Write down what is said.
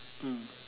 mm